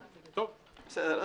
לא,